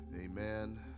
amen